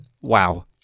wow